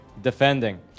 defending